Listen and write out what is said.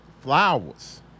Flowers